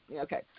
Okay